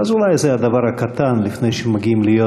אז אולי זה הדבר הקטן: לפני שמגיעים להיות